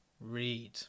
read